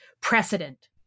precedent